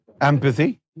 Empathy